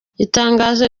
itangazo